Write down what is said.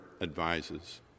advises